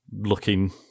looking